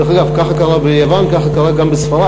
דרך אגב, ככה קרה ביוון, ככה קרה גם בספרד.